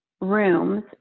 rooms